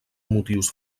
motius